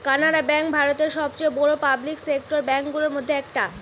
Canara bank ভারতের সবচেয়ে বড়ো পাবলিক সেক্টর ব্যাঙ্ক গুলোর মধ্যে একটা